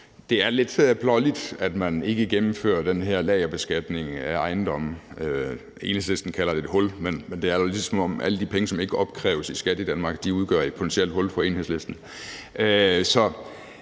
Det er lidt besynderligt, at man ikke gennemfører det om den her lagerbeskatning af ejendomme. Enhedslisten kalder det et hul, men det er jo, som om alle de penge, som ikke opkræves i skat i Danmark, udgør et potentielt hul for Enhedslisten.